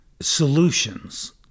solutions